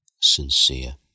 sincere